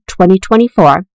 2024